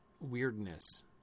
weirdness